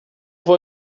vou